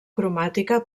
cromàtica